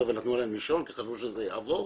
ונתנו להם לישון כי חשבו שזה יעבור,